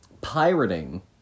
Pirating